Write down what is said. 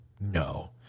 No